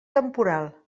temporal